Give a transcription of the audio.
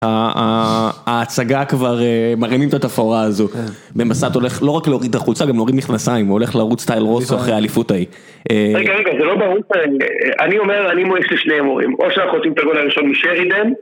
ההצגה כבר מרימים את התפאורה הזו, במסע"ת הולך לא רק להוריד את החולצה, גם להוריד מכנסיים, הולך לרוץ סטייל רוסו אחרי האליפות ההיא. רגע, רגע, זה לא ברור, אני אומר... אני אומר יש לי שני הימורים, או שאנחנו חוטפים את הגול הראשון משרידן.